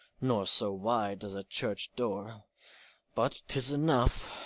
nor so wide as a church door but tis enough,